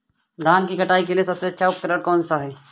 धान की कटाई के लिए सबसे अच्छा उपकरण कौन सा है?